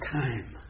time